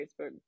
Facebook